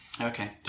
okay